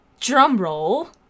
drumroll